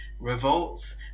revolts